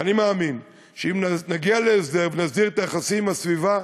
ואני מאמין שאם נגיע להסדר ונסדיר את היחסים עם הסביבה,